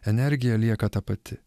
energija lieka ta pati